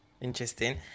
interesting